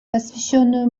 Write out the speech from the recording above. посвященную